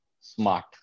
smart